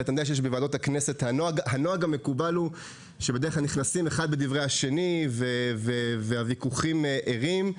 שהנוהג המקובל הוא שנכנסים אחד בדברי השני והוויכוחים ערים,